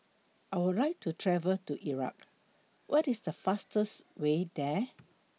I Would like to travel to Iraq What IS The fastest Way There